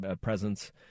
presence